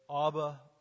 Abba